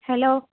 hello